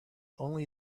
only